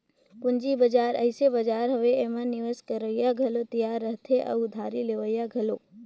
पंूजी बजार अइसे बजार हवे एम्हां निवेस करोइया घलो तियार रहथें अउ उधारी लेहोइया घलो